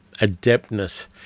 adeptness